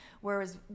Whereas